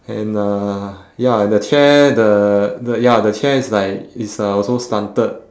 and the ya and the chair the the ya the chair is like it's uh also slanted